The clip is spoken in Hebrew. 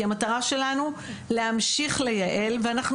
כי המטרה שלנו היא להמשיך לייעל ואנחנו